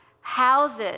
houses